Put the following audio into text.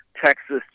texas